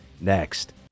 next